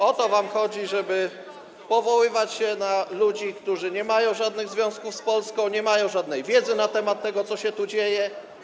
O to wam chodzi, żeby powoływać się na ludzi, którzy nie mają żadnych związków z Polską, nie mają żadnej wiedzy na temat tego, co tu się dzieje.